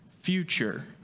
future